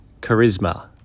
charisma